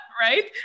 Right